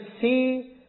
see